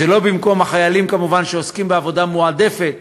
זה כמובן לא במקום החיילים שעוסקים בעבודה מועדפת